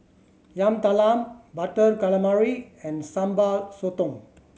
Yam Talam Butter Calamari and Sambal Sotong